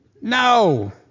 No